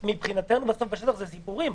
מבחינתנו בסוף בשטח זה סיפורים,